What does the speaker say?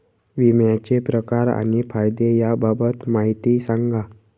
विम्याचे प्रकार आणि फायदे याबाबत माहिती सांगा